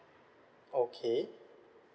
okay